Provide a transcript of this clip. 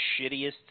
shittiest